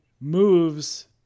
moves